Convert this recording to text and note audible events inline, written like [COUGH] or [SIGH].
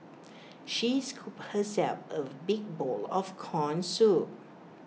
[NOISE] she scooped herself A big bowl of Corn Soup